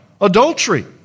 Adultery